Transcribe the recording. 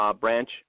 branch